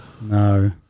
No